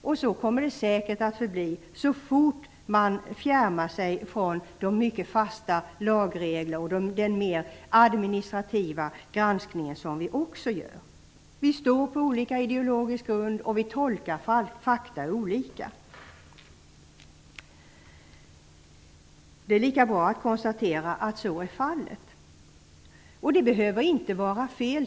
Så kommer det säkert också att förbli så snart man fjärmar sig från de mycket fasta lagregler och den mer administrativa granskning som vi också gör. Det är bara att konstatera att vi står på olika ideologisk grund och tolkar fakta olika. Jag tycker inte att detta behöver vara fel.